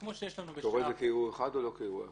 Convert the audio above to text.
האם אתה רואה את זה כאירוע אחד או לא כאירוע אחד?